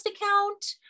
account